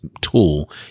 tool